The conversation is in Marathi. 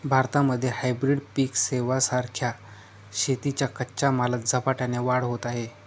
भारतामध्ये हायब्रीड पिक सेवां सारख्या शेतीच्या कच्च्या मालात झपाट्याने वाढ होत आहे